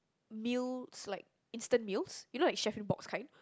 meals like instant meals you know like Chef in a Box kind